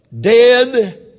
dead